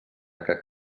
aquest